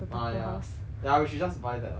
买啊 ya we should just buy that lah